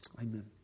Amen